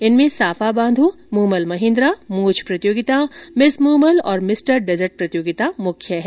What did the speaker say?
इनमे साफा बांधो मूमल महेंद्रा मूंछ प्रतियोगिता मिस मूमल और मिस्टर डेजर्ट प्रतियोगिता मुख्य है